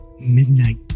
midnight